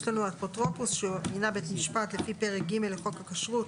יש לנו אפוטרופוס שמינה בית משפט לפי פרק ג' לחוק הכשרות